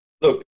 Look